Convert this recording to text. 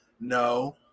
No